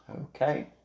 Okay